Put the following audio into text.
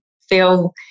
feel